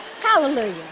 Hallelujah